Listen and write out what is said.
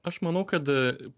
aš manau kad